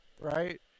right